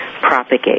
propagate